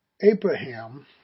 Abraham